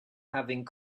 having